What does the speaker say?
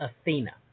Athena